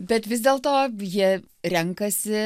bet vis dėlto jie renkasi